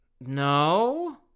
no